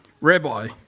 Rabbi